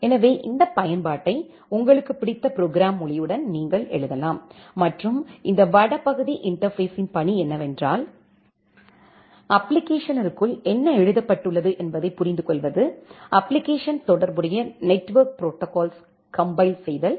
எனவே இந்த பயன்பாட்டை உங்களுக்கு பிடித்த ப்ரோக்ராம் மொழியுடன் நீங்கள் எழுதலாம் மற்றும் இந்த வடபகுதி இன்டர்பேஸ்ஸின் பணி என்னவென்றால் அப்ப்ளிகேஷன்ஸிற்குள் என்ன எழுதப்பட்டுள்ளது என்பதைப் புரிந்துகொள்வது அப்ப்ளிகேஷன் தொடர்புடைய நெட்வொர்க் ப்ரோடோகால்ஸ் கம்பைல் செய்தல்